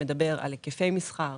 שמדבר על היקפי מסחר,